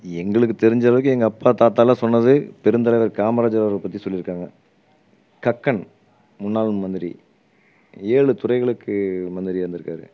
எங்களுக்கு தெரிஞ்ச அளவுக்கு எங்கள் அப்பா தாத்தாலாம் சொன்னது பெருந்தலைவர் காமராஜர் அவரை பற்றி சொல்லியிருக்காங்க கக்கன் முன்னாள் மந்திரி ஏழு துறைகளுக்கு மந்திரியாக இருந்திருக்காரு